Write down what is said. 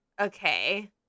Okay